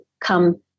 come